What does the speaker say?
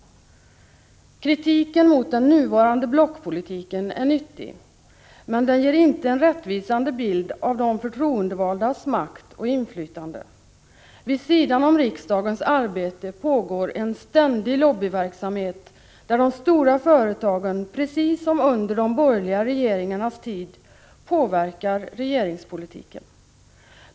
Kritiken mot den nuvarande blockpolitiken är nyttig, men den ger inte en rättvisande bild av de förtroendevaldas makt och inflytande. Vid sidan om riksdagens arbete pågår en ständig lobbyverksamhet, där de stora företagen precis som under de borgerliga regeringarnas tid påverkar regeringspolitiken.